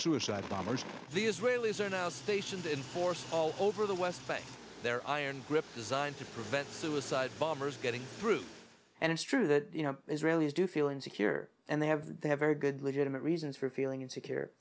suicide bombers the israelis are now stationed in force all over the west bank their iron grip designed to prevent suicide bombers getting through and it's true that you know israelis do feel insecure and they have they have very good legitimate reasons for feeling insecure